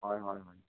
হয় হয় হয়